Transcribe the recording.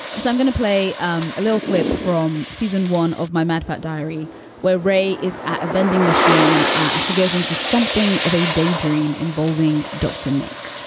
so i'm going to play um a little clip from season one of my mad fat diary where rae is at a vending machine and ah she goes into something of a daydream involving dr. nick.